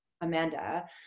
amanda